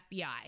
FBI